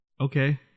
Okay